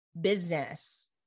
business